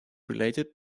related